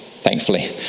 thankfully